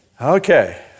Okay